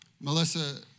Melissa